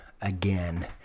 again